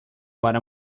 para